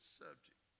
subject